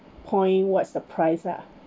point what's the price lah